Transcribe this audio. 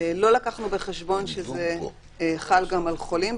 לא לקחנו בחשבון שזה חל גם על חולים.